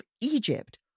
Egypt